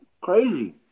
Crazy